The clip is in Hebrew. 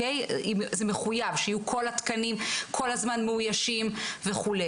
זה מחויב שכל התקנים יהיו כל הזמן מאוישים וכו'.